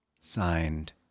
Signed